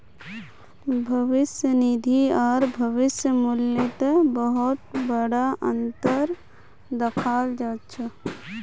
भविष्य निधि आर भविष्य मूल्यत बहुत बडा अनतर दखाल जा छ